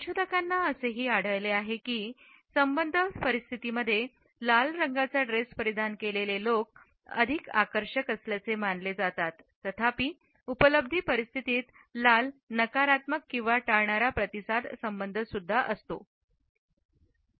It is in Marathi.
संशोधकांना असेही आढळले आहे की संबद्ध परिस्थितींमध्ये लाल रंगाचा ड्रेस परिधान केलेले लोक अधिक आकर्षक असल्याचे मानले जाते तथापि उपलब्धि परिस्थितीत लाल नकारात्मक किंवा टाळणारा प्रतिसाद संबद्धआहे